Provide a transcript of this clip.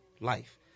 life